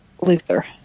Luther